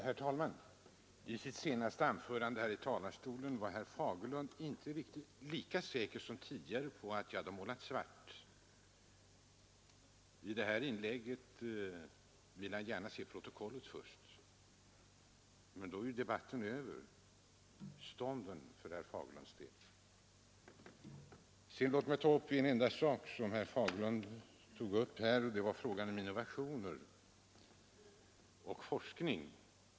Herr talman! I sitt senaste anförande från talarstolen var herr Fagerlund inte riktigt lika säker som tidigare på att jag hade målat i svart. Han säger nu att han gärna vill se protokollet först. Men då är ju debatten överstånden för herr Fagerlunds del. Låt mig sedan ta upp en enda sak som herr Fagerlund berörde, nämligen frågan om innovationer och forskning.